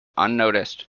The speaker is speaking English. unnoticed